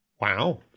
Wow